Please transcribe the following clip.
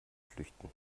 flüchten